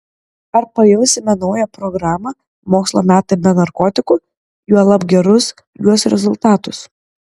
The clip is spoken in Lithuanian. ar pajausime naują programą mokslo metai be narkotikų juolab gerus jos rezultatus